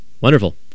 Wonderful